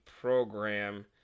program